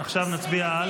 עכשיו נצביע על?